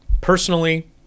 personally